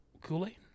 Kool-Aid